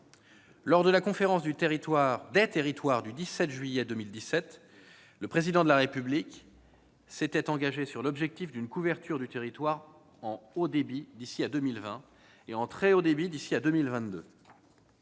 Lors de la Conférence nationale des territoires du 17 juillet 2017, le Président de la République s'est engagé sur l'objectif d'une couverture du territoire en haut débit d'ici à 2020 et en très haut débit d'ici à 2022.